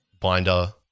binder